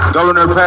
Governor